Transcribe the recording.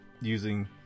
using